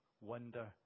wonder